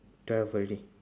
twelve already